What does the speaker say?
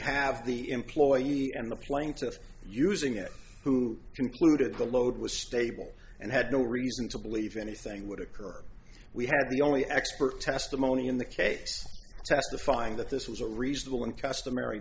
have the employee and the plaintiff using it who concluded the load was stable and had no reason to believe anything would occur we have the only expert testimony in the case testifying that this was a reasonable and customary